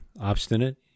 obstinate